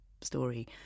story